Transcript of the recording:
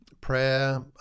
Prayer